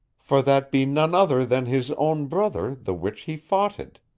for that be none other than his own brother the which he fauted.